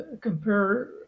compare